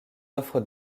offres